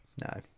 no